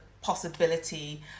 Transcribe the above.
possibility